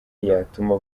yatuma